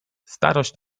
starość